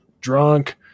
drunk